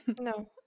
no